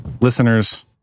Listeners